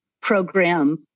program